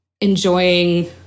enjoying